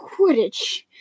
quidditch